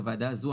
בוועדה הזו,